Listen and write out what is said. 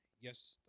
yes